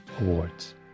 awards